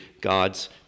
God's